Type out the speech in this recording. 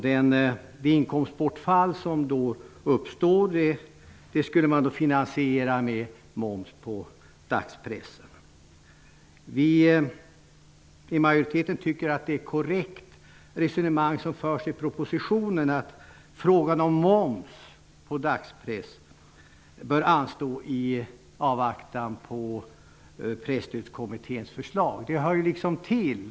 Det inkomstbortfall som då uppstår skall finansieras med moms på dagspressen. Vi i majoriteten tycker att det resonemang som förs i propositionen är korrekt, nämligen att frågan om moms på dagspressen bör anstå i avvaktan på Presstödskommitténs förslag. Det hör liksom till.